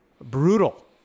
Brutal